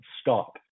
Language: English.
stop